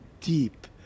deep